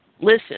listen